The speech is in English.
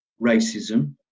racism